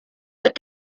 that